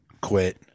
quit